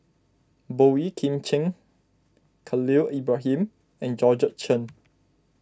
Boey Kim Cheng Khalil Ibrahim and Georgette Chen